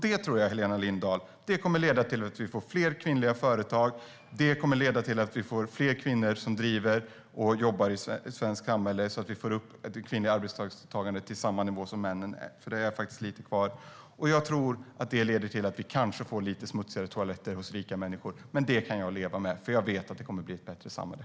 Det, Helena Lindahl, kommer att leda till fler kvinnliga företagare, fler kvinnor som jobbar i det svenska samhället så att man får upp det kvinnliga arbetstagandet till samma nivå som männens. Det finns lite kvar här att göra. Jag tror att det leder till att vi kanske får lite smutsigare toaletter hos rika människor, men det jag kan jag leva med, för jag vet att det kommer att bli ett bättre samhälle.